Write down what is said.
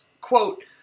quote